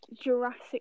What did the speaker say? Jurassic